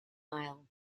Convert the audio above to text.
isle